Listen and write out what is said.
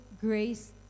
grace